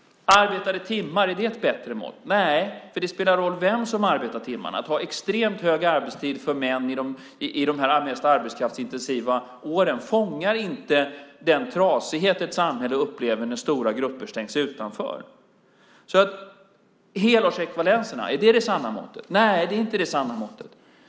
Är arbetade timmar ett bättre mått? Nej, det spelar roll vem som arbetar de timmarna. Att ha en extremt hög arbetstid för män under de mest arbetskraftsintensiva åren fångar inte den trasighet ett samhälle upplever när stora grupper stängs utanför. Är helårsekvivalenterna det sanna måttet? Nej, det är inte det sanna måttet.